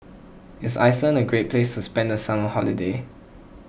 is Iceland a great place to spend the summer holiday